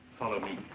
follow me.